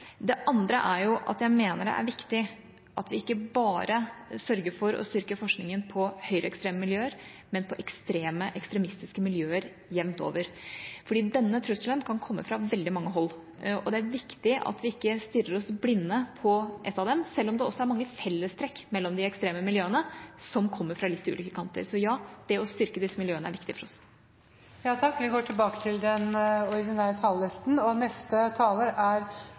det andre er grunnforskningen. Grunnforskningsbevilgningen er styrket i dette budsjettet. Det er et viktig bidrag til å opprettholde nettopp det som representanten Solhjell og jeg er opptatt av: å styrke disse miljøene som forsker på svært viktige områder. Jeg mener det er viktig at vi ikke bare sørger for å styrke forskningen på høyreekstreme miljøer, men på ekstreme ekstremistiske miljøer jevnt over, fordi denne trusselen kan komme fra veldig mange hold, og det er viktig at vi ikke stirrer oss blinde på ett av dem, selv om det også er mange fellestrekk mellom de ekstreme miljøene som kommer fra litt ulike kanter. Så, ja,